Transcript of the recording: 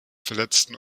verletzten